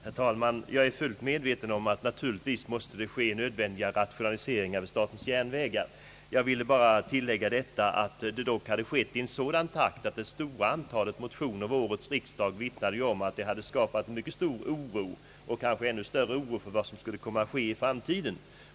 Herr talman! Jag är fullt medveten om att det naturligtvis måste ske nödvändiga rationaliseringar vid statens järnvägar. Jag vill bara tillägga, att dessa dock hade skett i en sådan takt att det skapat mycket stor oro — vilket ju det stora antalet motioner vid årets riksdag vittnade om — och kanske ännu större oro för vad som kan komma att ske i framtiden.